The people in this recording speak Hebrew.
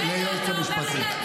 לייעוץ המשפטי.